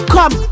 Come